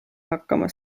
hakkama